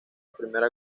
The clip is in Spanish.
primera